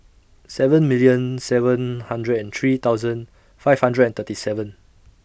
seven million seven hundred and three thousand five hundred and thirty seven